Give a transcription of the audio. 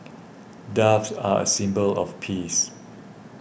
doves are a symbol of peace